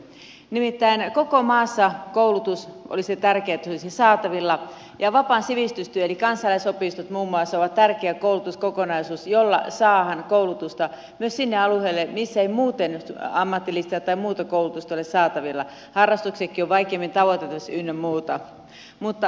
nimittäin olisi tärkeää että koko maassa koulutus olisi saatavilla ja vapaa sivistystyö eli kansalaisopiston muun muassa on tärkeä koulutuskokonaisuus jolla saadaan koulutusta myös niille alueille missä ei muuten ammatillista tai muuta koulutusta ole saatavilla ja harrastuksetkin ovat vaikeasti tavoitettavissa ynnä muuta